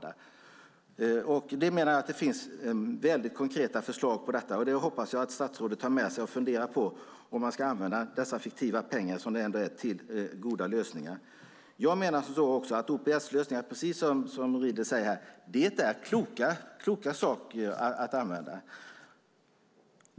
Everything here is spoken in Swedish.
trafik till Arlanda. Det finns mycket konkreta förslag på detta, och det hoppas jag att statsrådet tar med sig och funderar på om man ska använda dessa fiktiva pengar som det ändå är till goda lösningar. Jag menar, precis som Edward Riedl säger här, att det är klokt att använda OPS-lösningar.